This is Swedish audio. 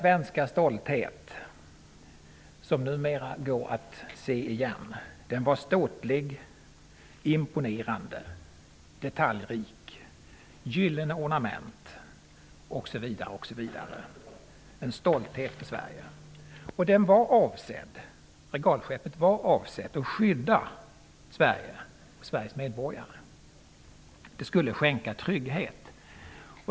Vasa, som numera kan ses igen, var ståtligt, imponerande och detaljrikt, med gyllene ornament osv. Hon var en stolthet för Sverige. Sveriges medborgare. Det skulle skänka trygghet.